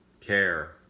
care